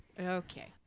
Okay